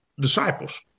disciples